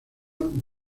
forma